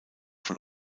von